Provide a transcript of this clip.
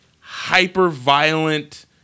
hyper-violent